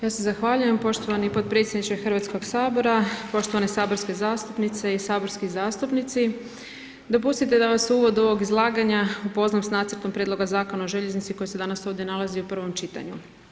Ja se zahvaljujem poštovani podpredsjedniče Hrvatskoga sabora, poštovane saborske zastupnice i saborski zastupnici, dopustite da vas u uvodu ovog izlaganja upoznam s Nacrtom prijedloga Zakona o željeznici koji se danas ovdje nalazi u prvom čitanju.